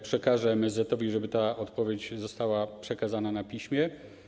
Przekażemy MSZ-etowi, żeby ta odpowiedź została przekazana na piśmie.